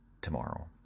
tomorrow